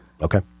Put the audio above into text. Okay